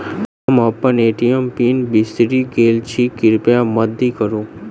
हम अप्पन ATM PIN बिसरि गेल छी कृपया मददि करू